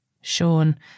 Sean